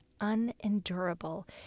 unendurable